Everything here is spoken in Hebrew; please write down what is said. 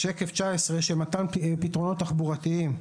שקף 19, מתן פתרונות תחבורתיים.